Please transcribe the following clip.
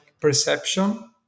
perception